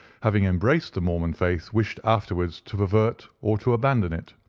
having embraced the mormon faith, wished afterwards to pervert or to abandon it.